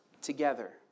together